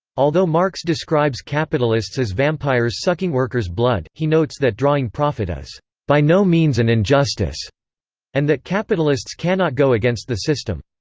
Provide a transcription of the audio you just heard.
although marx describes capitalists as vampires sucking worker's blood, he notes that drawing profit is by no means an injustice and that capitalists cannot go against the system.